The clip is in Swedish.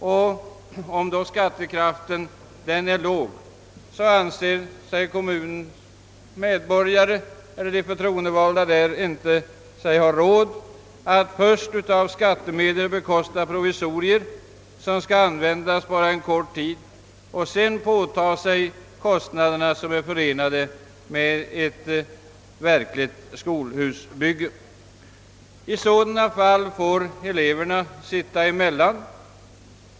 Och om då skattekraften är låg, så anser sig kommunernas medborgare eller de förtroendevalda där inte ha råd att först av skattemedel bekosta provisoriet som skall användas bara en kort tid och sedan påtaga sig de kostnader som är förenade med ett verligt skolhusbygge. I sådana fall får eleverna sitta emellan.